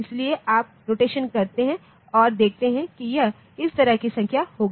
इसलिए आप रोटेशन करते हैं और देखते हैं कि यह इस तरह की संख्या होगी